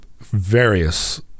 various